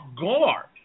guard